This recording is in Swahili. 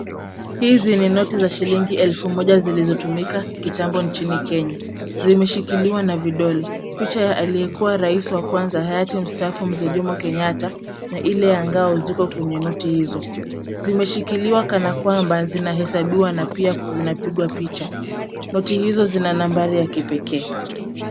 Hizi ni noti za shilingi elfu moja zilizotumika kitambo nchini kenya. Zimeshikiliwa na vidole. Picha ya aliyekua Rais wa kwanza hayati mstaafu mzee Jomo Kenyatta, na ile ya ngao ziko kwenye noti hizo. Zimeshikiliwa kana kwamba zinahesabiwa na pia zinapigwa picha. Noti hizo zina nambari ya kipekee.